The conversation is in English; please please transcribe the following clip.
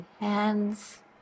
hands